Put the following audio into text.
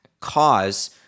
cause